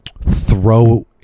throw